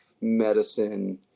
medicine